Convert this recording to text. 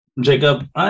Jacob